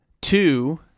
Two